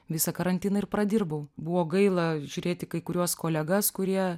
visą karantiną ir pradirbau buvo gaila žiūrėt į kai kuriuos kolegas kurie